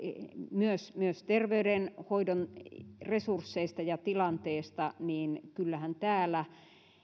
myös myös terveydenhoidon resursseista ja tilanteesta niin kyllähän täällä